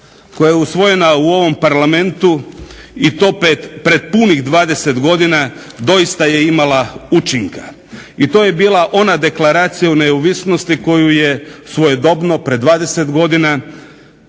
koja je usvojena u ovom parlamentu i to pred punih 20 godina doista je imala učinka i to je bila ona Deklaracija o neovisnosti koju je svojedobno prije 20 godina